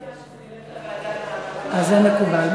אני מציעה שזאת תהיה הוועדה לקידום מעמד האישה.